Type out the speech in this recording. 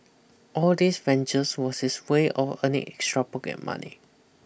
all these ventures was his way of earning extra pocket money